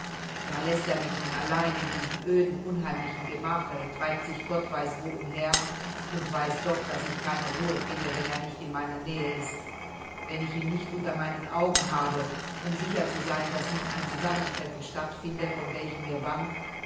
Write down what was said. da läßt er mich nun allein in diesem öden unheimlichen gemache treibt sich gott weiß wo umher und weiß doch daß ich keine ruhe finde wenn er nicht in meiner nähe ist wenn ich ihn nicht unter meinen augen habe um sicher zu sein daß nicht ein zusammentreffen statt finde vor welchem mir bangt